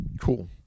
cool